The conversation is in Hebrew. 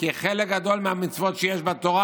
ארץ ישראל חשובה לנו כי חלק גדול מהמצוות שיש בתורה,